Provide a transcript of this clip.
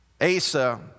Asa